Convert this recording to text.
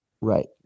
Right